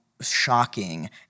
shocking